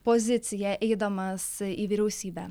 poziciją eidamas į vyriausybę